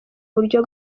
buryo